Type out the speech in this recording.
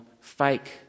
fake